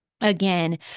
again